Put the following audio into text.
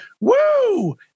Woo